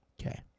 Okay